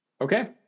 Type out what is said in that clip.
Okay